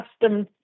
custom